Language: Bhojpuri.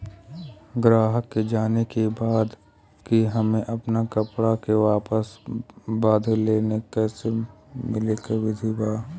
गराहक के जाने के बा कि हमे अपना कपड़ा के व्यापार बदे लोन कैसे मिली का विधि बा?